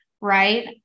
right